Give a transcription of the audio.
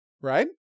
right